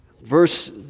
Verse